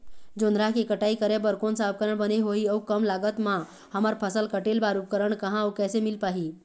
जोंधरा के कटाई करें बर कोन सा उपकरण बने होही अऊ कम लागत मा हमर फसल कटेल बार उपकरण कहा अउ कैसे मील पाही?